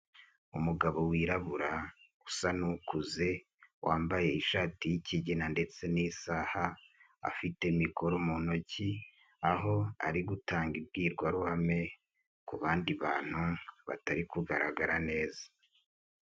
Umugabo wirabura usa n'ukuze, wambaye ishati y'ikigina, ndetse n'isaha afite mikoro mu ntoki, aho ari gutanga imbwirwaruhame ku bandi bantu batari kugaragara neza.